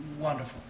wonderful